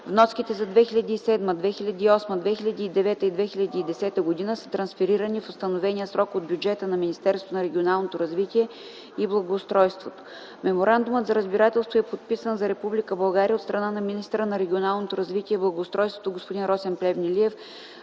Вноските за 2007 г., 2008 г., 2009 г. и 2010 г. са трансферирани в установения срок от бюджета на Министерството на регионалното развитие и благоустройството. Меморандумът за разбирателство e подписан за Република България от страна на министъра на регионалното развитие и благоустройството г-н Росен Плевнелиев